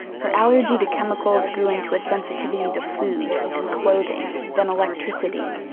her allergy to chemicals grew into a sensitivity to food and clothing then electricity,